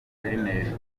guverineri